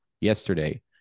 yesterday